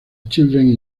children